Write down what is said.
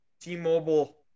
T-Mobile